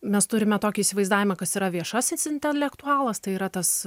mes turime tokį įsivaizdavimą kas yra viešasis intelektualas tai yra tas